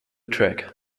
track